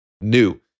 new